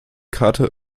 karte